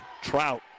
Trout